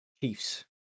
Chiefs